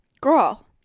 Girl